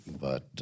but-